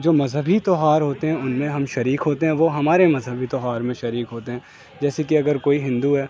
جو مذہبی تیوہار ہوتے ہیں ان میں ہم شریک ہوتے ہیں وہ ہمارے مذہبی تیوہار میں شریک ہوتے ہیں جیسے کہ اگر کوئی ہندو ہے